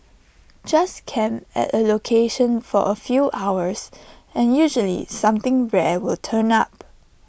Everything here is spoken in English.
just camp at A location for A few hours and usually something rare will turn up